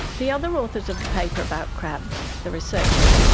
the other authors of the paper about crabs, the researchers,